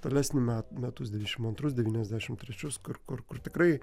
tolesnį metų metus devyniasdešimt antrus devyniasdešimt trečius kur kur kur tikrai